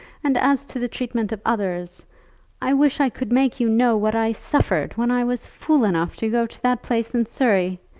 and as to the treatment of others i wish i could make you know what i suffered when i was fool enough to go to that place in surrey.